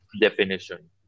definition